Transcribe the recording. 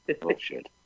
bullshit